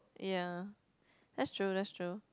ya that's true that's true